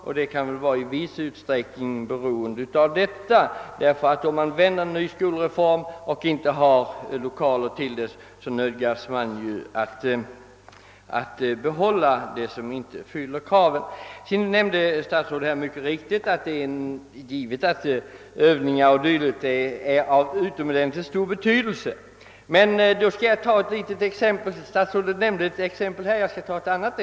Och om man genomför en ny skolreform och inte har lokaler i tillräcklig grad, så nödgas man behålla även sådana som inte fyller kraven. Herr statsrådet nämnde mycket riktigt att övningar o. d. är av utomordentligt stor betydelse. Han gav därvid ett exempel, och jag kan ge ett annat.